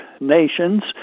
nations